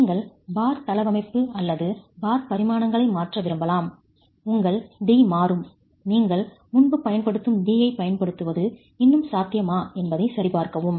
நீங்கள் பார் தளவமைப்பு அல்லது பார் பரிமாணங்களை மாற்ற விரும்பலாம் உங்கள் d' மாறும் நீங்கள் முன்பு பயன்படுத்தும் d' ஐப் பயன்படுத்துவது இன்னும் சாத்தியமா என்பதைச் சரிபார்க்கவும்